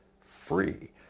free